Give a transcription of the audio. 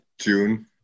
June